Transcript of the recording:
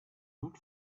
not